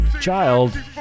child